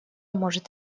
может